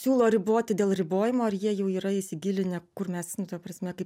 siūlo riboti dėl ribojimo ar jie jau yra įsigilinę kur mes nu ta prasme kaip